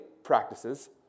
practices